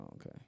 Okay